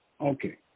Okay